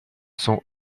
sont